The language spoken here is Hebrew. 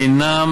אינם